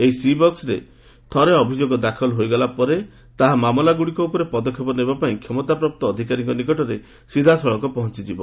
ଏହି ସି ବକ୍ୱରେ ଥରେ ଅଭିଯୋଗ ଦାଖଲ ହୋଇଗଲା ପରେ ତାହା ମାମଲାଗୁଡ଼ିକ ଉପରେ ପଦକ୍ଷେପ ନେବା ପାଇଁ କ୍ଷମତାପ୍ରାପ୍ତ ଅଧିକାରୀଙ୍କ ନିକଟରେ ସିଧାସଳଖ ପହଞ୍ଚିଯିବ